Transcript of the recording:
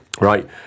right